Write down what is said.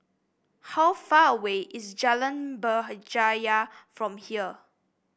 how far away is Jalan Berjaya from here